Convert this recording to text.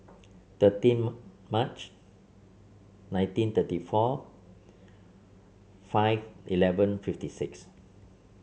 thirteen March nineteen thirty four five eleven fifty six